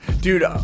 Dude